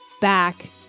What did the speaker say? back